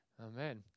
Amen